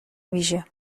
ویژه